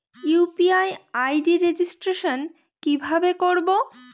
UPI ID registration কিভাবে করব?